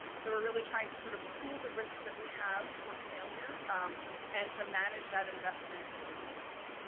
so we're really trying to sort of pool the risk that we have for failure and to manage that investment and really thoughtfully.